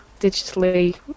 digitally